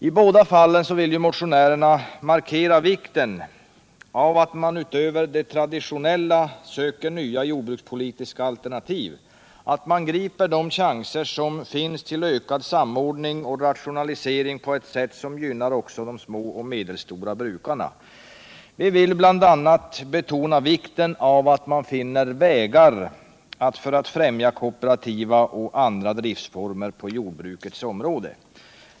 I båda fallen vill motionärerna markera vikten av att man utöver det traditionella söker nya jordbrukspolitiska alternativ, att man griper de chanser som finns till ökad samordning och rationalisering på ett sätt som gynnar också de små och medelstora brukarna. Vi vill bl.a. betona vikten av att man finner vägar för att främja kooperativa och andra driftformer på jordbrukets område.